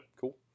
cool